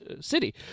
city